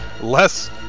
less